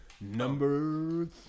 Number